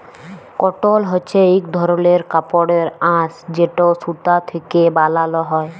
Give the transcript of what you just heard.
কটল হছে ইক ধরলের কাপড়ের আঁশ যেট সুতা থ্যাকে বালাল হ্যয়